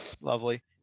lovely